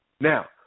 Now